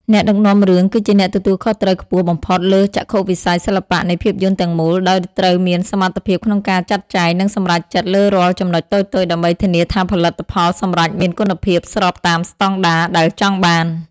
អ្នកដឹកនាំរឿងគឺជាអ្នកទទួលខុសត្រូវខ្ពស់បំផុតលើចក្ខុវិស័យសិល្បៈនៃភាពយន្តទាំងមូល ដោយត្រូវមានសមត្ថភាពក្នុងការចាត់ចែង និងសម្រេចចិត្តលើរាល់ចំណុចតូចៗដើម្បីធានាថាផលិតផលសម្រេចមានគុណភាពស្របតាមស្ដង់ដារដែលចង់បាន។